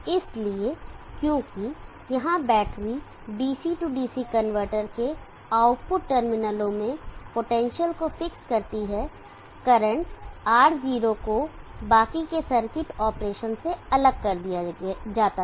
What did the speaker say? इसलिए क्योंकि यहां बैटरी DC DC कनवर्टर के आउटपुट टर्मिनलों में पोटेंशियल को फिक्स करती है करंट रो R0 को बाकी के सर्किट ऑपरेशन से अलग कर दिया जाता है